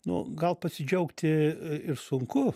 nu gal pasidžiaugti ir sunku